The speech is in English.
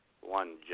one